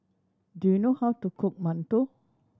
do you know how to cook mantou